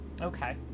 Okay